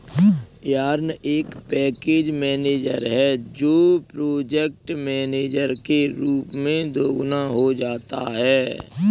yarn एक package manager है जो प्रोजेक्ट मैनेजर के रूप में दोगुना हो जाता है